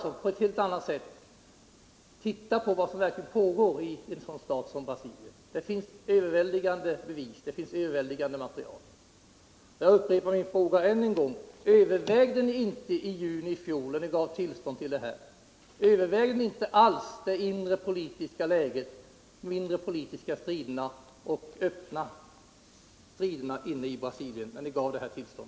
Vi bör på ett helt annat sätt beakta vad som verkligen pågår i en stat som Brasilien. Det finns överväldigande material och bevis. Jag upprepar min fråga än en gång: När ni i juni i fjol gav tillstånd till den här vapenexporten, övervägde ni då inte alls de inre politiska striderna och de öppna striderna inne i Brasilien?